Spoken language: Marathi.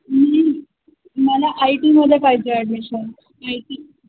मी मला आय टीमध्ये पाहिजे ॲडमिशन आय टी